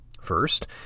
First